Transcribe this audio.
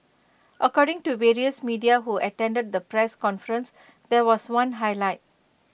according to various media who attended the press conference there was one highlight